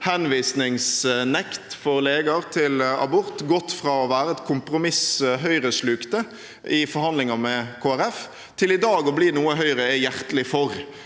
henvisningsnekt for leger til abort gått fra å være et kompromiss Høyre slukte i forhandlinger med Kristelig Folkeparti, til i dag å bli noe Høyre er hjertelig for